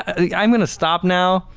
i mean i'm going to stop now.